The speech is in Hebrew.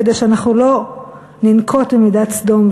כדי שאנחנו לא ננקוט את מידת סדום.